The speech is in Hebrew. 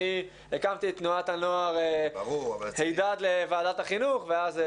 אני הקמתי את תנועת הנוער 'הידד לוועדת החינוך' ואז זה